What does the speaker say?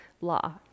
law